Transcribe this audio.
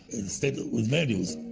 state with values.